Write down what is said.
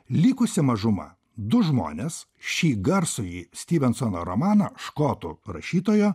likusi mažuma du žmonės šį garsųjį stivensono romaną škotų rašytojo